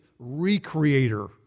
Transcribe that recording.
recreator